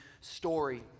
story